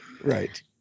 Right